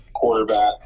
quarterback